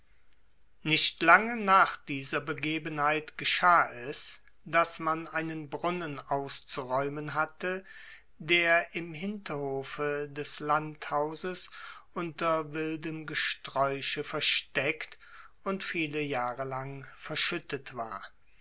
nicht lange nach dieser begebenheit geschah es daß man einen brunnen auszuräumen hatte der im hinterhofe des landhauses unter wildem gesträuche versteckt und viele jahre lang verschüttet war